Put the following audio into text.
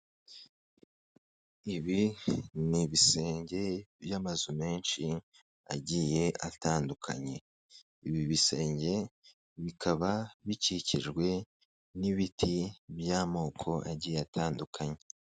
Ibi ni ibisenge by'amazu menshi agiye atandukanye, ibi bisenge bikaba bikikijwe n'ibiti by'amoko agiye atandukanye.